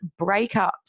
breakups